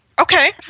Okay